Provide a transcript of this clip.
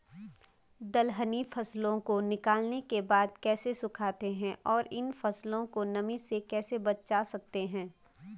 दलहनी फसलों को निकालने के बाद कैसे सुखाते हैं और इन फसलों को नमी से कैसे बचा सकते हैं?